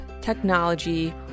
technology